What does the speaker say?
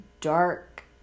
dark